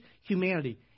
humanity